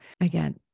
again